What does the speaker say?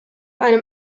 einem